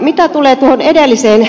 mitä tulee edellisen